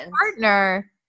partner